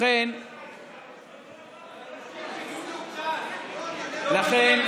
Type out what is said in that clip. לכן, קיבלנו קנס, לכן,